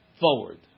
forward